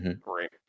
Great